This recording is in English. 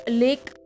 lake